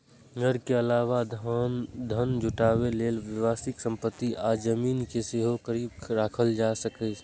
घर के अलावा धन जुटाबै लेल व्यावसायिक संपत्ति आ जमीन कें सेहो गिरबी राखल जा सकैए